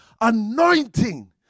anointing